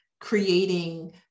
creating